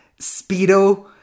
speedo